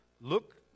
Look